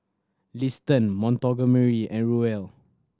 Liston Montgomery and Ruel